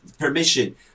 Permission